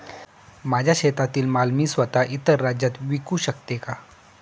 माझ्या शेतातील माल मी स्वत: इतर राज्यात विकू शकते का?